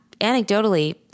anecdotally